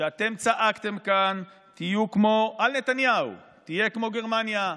כשאתם צעקתם כאן על נתניהו: תהיה כמו גרמניה,